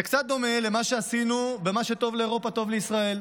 זה קצת דומה למה שעשינו ב"מה שטוב לאירופה טוב לישראל",